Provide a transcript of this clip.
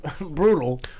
brutal